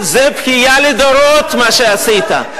זה בכייה לדורות, מה שעשית.